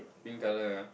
pink color ah